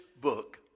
book